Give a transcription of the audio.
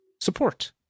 support